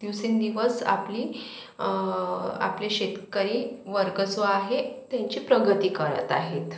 दिवसेंदिवस आपली आपले शेतकरी वर्ग जो आहे त्यांची प्रगती करत आहेत